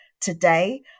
today